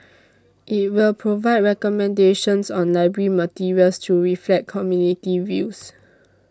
it will provide recommendations on library materials to reflect community views